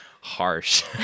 Harsh